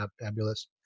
fabulous